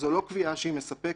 זאת לא קביעה שהיא מספקת.